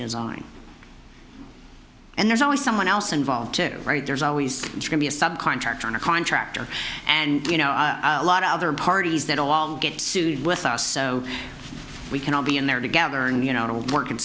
design and there's always someone else involved right there's always be a subcontractor on a contractor and you know a lot of other parties that all get sued with us so we can all be in there together and you know to work